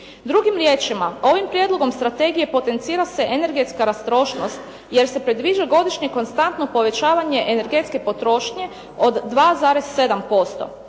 Drugim riječima, ovim prijedlogom strategije potencira se energetska rastrošnost jer se predviđa godišnje konstantno povećavanje energetske potrošnje od 2,7%.